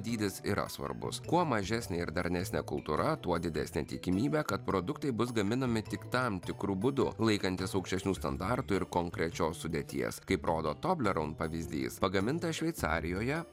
dydis yra svarbus kuo mažesnė ir darnesnė kultūra tuo didesnė tikimybė kad produktai bus gaminami tik tam tikru būdu laikantis aukštesnių standartų ir konkrečios sudėties kaip rodo tobleron pavyzdys pagamintas šveicarijoje